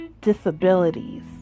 disabilities